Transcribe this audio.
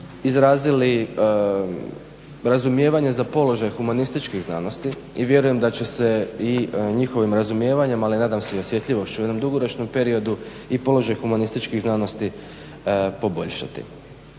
izrazili razumijevanje za položaj humanističkih znanosti i vjerujem da će se i njihovih razumijevanjem, ali nadam se i osjetljivošću u jednom dugoročnom periodu i položaj humanističkih znanosti poboljšati.